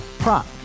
Prop